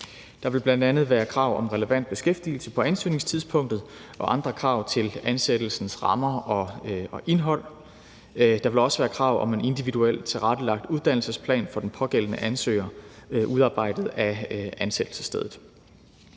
Der vil bl.a. være krav om relevant beskæftigelse på ansøgningstidspunktet og andre krav til ansættelsens rammer og indhold. Der vil også være krav om en individuelt tilrettelagt uddannelsesplan for den pågældende ansøger udarbejdet af ansættelsesstedet.